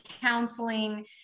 counseling